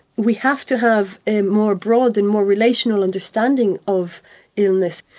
we have to have a more broad and more relational understanding of illness,